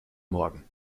morgen